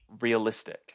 realistic